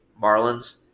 Marlins